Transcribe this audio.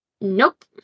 Nope